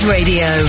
Radio